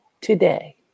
today